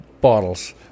bottles